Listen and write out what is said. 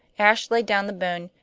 ashe laid down the bone,